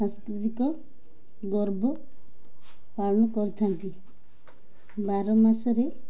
ସାଂସ୍କୃତିକ ଗର୍ବ ପାଳନ କରିଥାନ୍ତି ବାର ମାସରେ